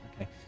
okay